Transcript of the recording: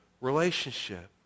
relationship